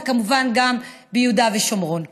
וכמובן גם ביהודה ושומרון.